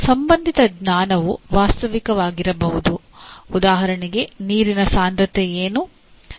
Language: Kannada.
ಸಂಬಂಧಿತ ಜ್ಞಾನವು ವಾಸ್ತವಿಕವಾಗಿರಬಹುದು ಉದಾಹರಣೆಗೆ ನೀರಿನ ಸಾಂದ್ರತೆ ಏನು